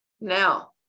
now